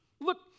look